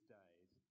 days